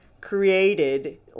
created